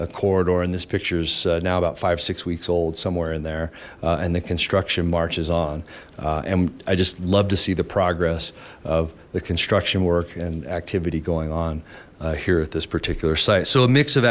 avenue corridor in this pictures now about five six weeks old somewhere in there and the construction march is on and i just love to see the progress of the construction work and activity going on here at this particular site so a mix of